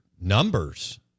numbers